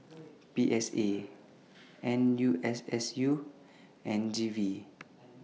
P S A N U S S U and G V